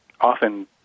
often